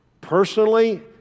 personally